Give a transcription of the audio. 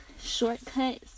shortcuts